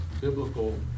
biblical